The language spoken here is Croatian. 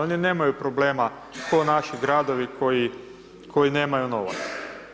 Oni nemaju problema kao naši gradovi koji nemaju novaca.